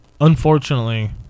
Unfortunately